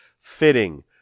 fitting